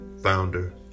founder